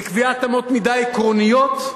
לקביעת אמות מידה עקרוניות,